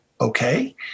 okay